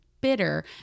bitter